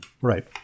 Right